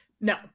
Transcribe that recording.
No